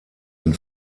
den